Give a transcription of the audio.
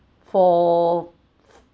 for